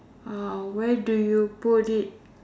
where do you put it